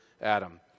Adam